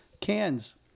cans